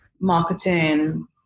marketing